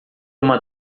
uma